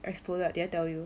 exploded did I tell you